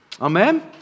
Amen